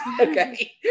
okay